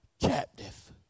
captive